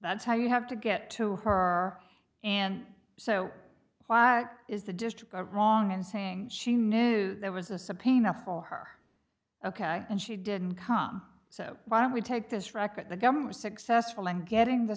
that's how you have to get to her and so why is it just a wrong and saying she knew there was a subpoena for her ok and she didn't come so why don't we take this record the governor was successful in getting the